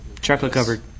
Chocolate-covered